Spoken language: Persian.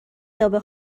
تابه